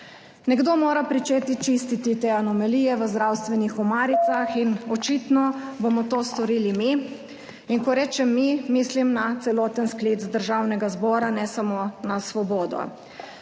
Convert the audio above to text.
Nekdo mora pričeti čistiti te anomalije v zdravstvenih omaricah in očitno bomo to storili mi, in ko rečem mi, mislim na celoten sklic Državnega zbora, ne samo na Svobodo.